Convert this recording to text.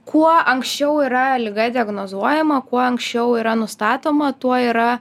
kuo anksčiau yra liga diagnozuojama kuo anksčiau yra nustatoma tuo yra